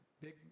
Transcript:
big